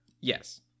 Yes